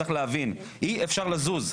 צריך להבין שאי אפשר לזוז.